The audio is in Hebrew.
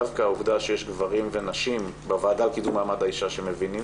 דווקא העובדה שיש גברים ונשים בוועדה לקידום מעמד האישה,